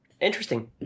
interesting